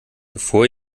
bevor